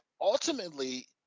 ultimately